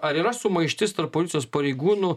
ar yra sumaištis tarp policijos pareigūnų